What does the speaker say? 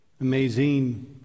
Amazing